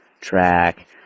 track